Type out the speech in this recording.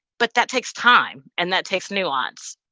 but that takes time, and that takes nuance,